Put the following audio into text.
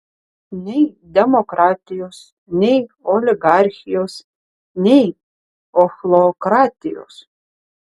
nei demokratijos nei oligarchijos nei ochlokratijos